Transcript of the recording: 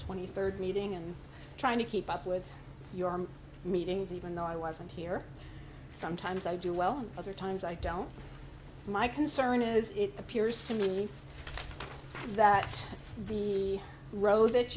twenty third meeting and trying to keep up with your meetings even though i wasn't here sometimes i do well other times i don't my concern is it appears to me that the road that